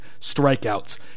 strikeouts